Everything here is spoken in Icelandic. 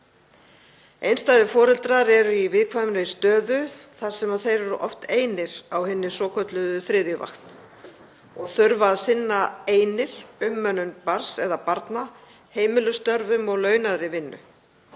Einstæðir foreldrar eru í viðkvæmri stöðu þar sem þeir eru oft einir á hinni svokölluðu þriðju vakt og þurfa einir að sinna umönnun barns eða barna, heimilisstörfum og launaðri vinnu.